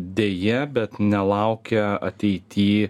deja bet nelaukia ateity